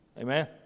Amen